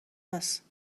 است